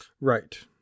right